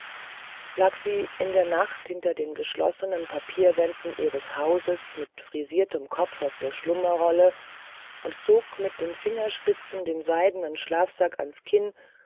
lag sie in der nacht hinter den geschlossenen papierwänden ihres hauses mit frisiertem kopf auf der schlummerrolle und zog mit den fingerspitzen den seidenen schlafsack ans kinn